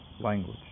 language